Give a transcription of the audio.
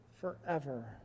forever